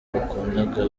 bakundaga